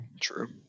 True